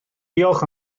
diolch